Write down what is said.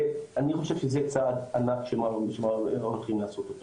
ואני חושב שזה צעד ענק שהולכים לעשות.